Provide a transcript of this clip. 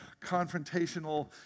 confrontational